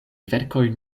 verkoj